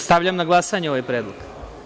Stavljam na glasanje ovaj predlog.